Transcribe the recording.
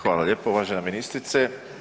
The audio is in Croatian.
Hvala lijepo uvažena ministrice.